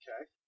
Okay